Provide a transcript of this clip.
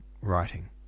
writing